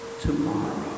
tomorrow